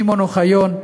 שמעון אוחיון,